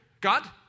God